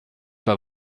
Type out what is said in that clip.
pas